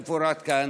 כמפורט כאן.